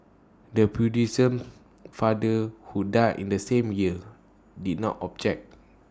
the Buddhism father who died in the same year did not object